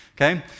okay